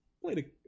played